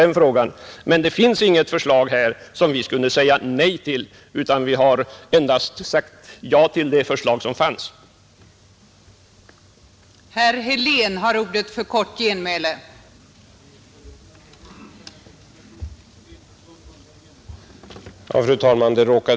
Det finns i dag inget sådant förslag, som vi kunde säga nej till, utan vi har endast sagt ja till det förslag om Ritsem som föreligger.